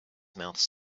mouths